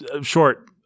short